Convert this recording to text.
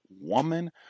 woman